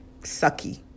sucky